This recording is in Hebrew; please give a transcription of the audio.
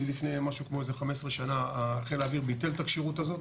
מלפני משהו כמו 15 שנה חיל האוויר ביטל את הכשירות הזאת